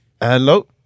Hello